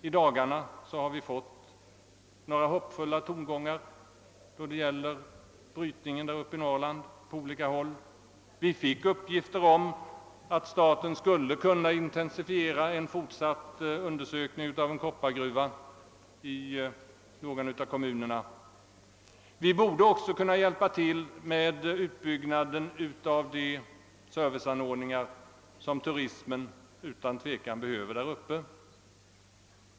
I dagarna har vi hört hoppfulla tongångar då det gäller brytningen på olika håll i Norrland. Vi fick uppgifter om att staten skulle kunna intensifiera en fortsatt undersökning av en koppargruva i någon av kommunerna. Staten borde också kunna hjälpa till med utbyggnaden av de serviceanordningar som turismen utan tvekan behöver i Norrland.